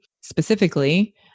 specifically